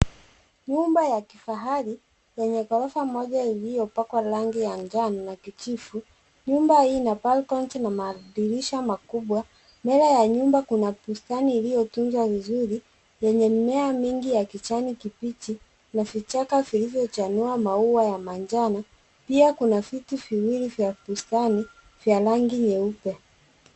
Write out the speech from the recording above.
Nyumba ya kifahari yenye ghorofa moja iliyopakwa rangi ya njano na kijivu. Nyumba hii ina bakons na madirisha makubwa. Mbele ya nyumba kuna bustani iliyotunzwa vizuri yenye mimea nyingi ya kijani kibichi na vichaka vilivyochanua maua ya manjano. Pia kuna viti viwili vya bustani vya rangi nyeupe.